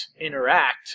interact